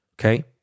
okay